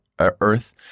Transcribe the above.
Earth